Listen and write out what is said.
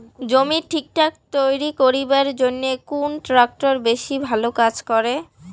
জমি ঠিকঠাক তৈরি করিবার জইন্যে কুন ট্রাক্টর বেশি ভালো কাজ করে?